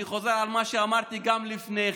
אני חוזר על מה שאמרתי גם לפני כן: